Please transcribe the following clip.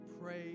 pray